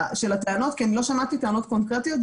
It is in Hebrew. הטענות כי אני לא שמעתי טענות קונקרטיות,